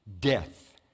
death